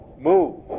move